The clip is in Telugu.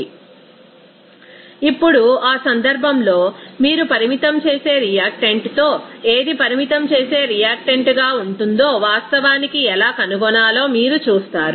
రిఫర్ స్లయిడ్ టైమ్ 0443 ఇప్పుడు ఆ సందర్భంలో మీరు పరిమితం చేసే రియాక్టెంట్తో ఏది పరిమితం చేసే రియాక్టెంట్గా ఉంటుందో వాస్తవానికి ఎలా కనుగొనాలో మీరు చూస్తారు